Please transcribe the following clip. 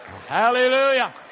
Hallelujah